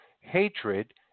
hatred